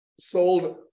sold